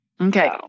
Okay